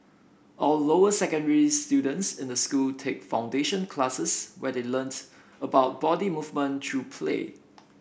all lower secondary students in the school take foundation classes where they learn about body movement through play